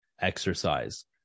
exercise